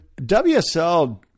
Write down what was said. WSL